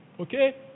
Okay